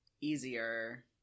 easier